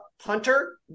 punter